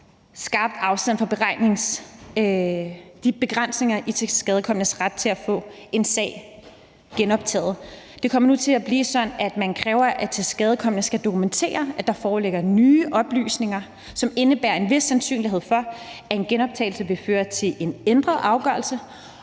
skarpt afstand fra begrænsningerne i tilskadekomnes ret til at få en sag genoptaget. Det kommer nu til at blive sådan, at man kræver, at tilskadekomne skal dokumentere, at der foreligger nye oplysninger, som indebærer en vis sandsynlighed for, at en genoptagelse vil føre til en ændret afgørelse,